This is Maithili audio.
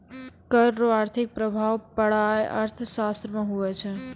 कर रो आर्थिक प्रभाब पढ़ाय अर्थशास्त्र मे हुवै छै